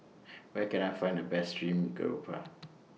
Where Can I Find The Best Stream Grouper